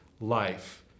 life